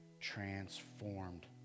transformed